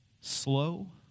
slow